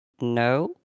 no